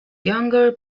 younger